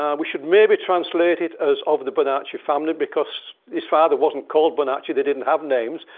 um we should maybe translate it as of the bonacci family, because his father wasn't called bonacci. they didn't have names.